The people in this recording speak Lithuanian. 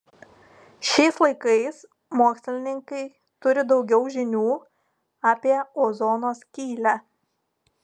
šiais laikais mokslininkai turi daugiau žinių apie ozono skylę